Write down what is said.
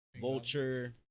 Vulture